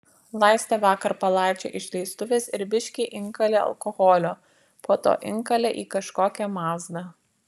laistė vakar palaičio išleistuves ir biškį inkalė alkoholio po to inkalė į kažkokią mazdą